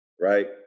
Right